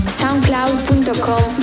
soundcloud.com